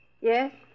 Yes